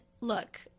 look